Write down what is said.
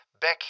Beck